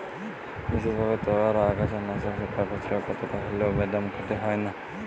বিসেসভাবে তইয়ার আগাছানাসকলে ফসলের কতকটা হল্যেও বেদম ক্ষতি হয় নাই